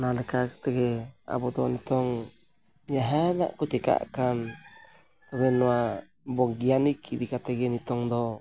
ᱱᱚᱣᱟ ᱞᱮᱠᱟ ᱛᱮᱜᱮ ᱟᱵᱚ ᱫᱚ ᱱᱤᱛᱚᱝ ᱡᱟᱦᱟᱱᱟᱜ ᱠᱚ ᱪᱤᱠᱟᱹᱜ ᱠᱟᱱ ᱡᱮ ᱱᱚᱣᱟ ᱵᱳᱭᱜᱟᱱᱤᱠ ᱤᱫᱤ ᱠᱟᱛᱮᱫ ᱜᱮ ᱱᱤᱛᱚᱜ ᱫᱚ